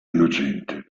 innocente